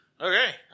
Okay